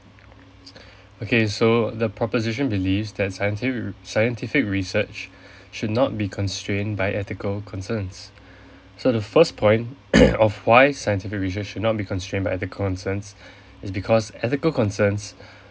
okay so the proposition believes that scienti~ scientific research should not be constrained by ethical concerns so the first point of why scientific research should not be constrained by ethical concerns is because ethical concerns